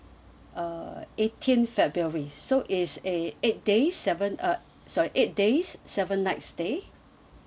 uh eighteen february so is a eight days seven uh sorry eight days seven night stay